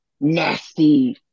nasty